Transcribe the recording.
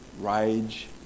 Rage